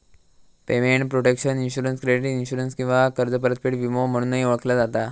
payment protection insurance credit insurance किंवा कर्ज परतफेड विमो म्हणूनही ओळखला जाता